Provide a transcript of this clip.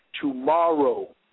tomorrow